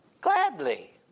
gladly